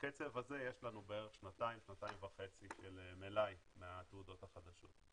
בקצב הזה יש לנו בערך שנתיים-שנתיים וחצי של מלאי מהתעודות החדשות.